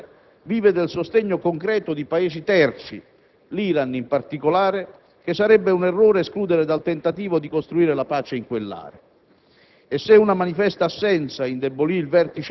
Hezbollah, partito politico e forza militare, vive del sostegno concreto di Paesi terzi, l'Iran in particolare, che sarebbe un errore escludere dal tentativo di costruire la pace in quell'area.